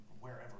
wherever